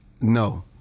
no